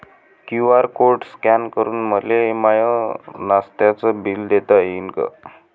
QR code scan करून मले माय नास्त्याच बिल देता येईन का?